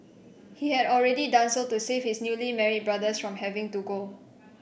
he had already done so to save his newly married brothers from having to go